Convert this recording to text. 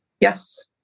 Yes